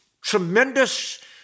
tremendous